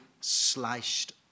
sliced